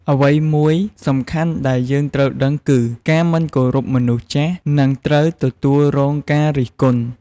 អ្វីមួយសំខាន់ដែលយើងត្រូវដឹងគឺ ការមិនគោរពមនុស្សចាស់នឹងត្រូវទទួលរងការរិះគន់។